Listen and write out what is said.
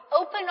open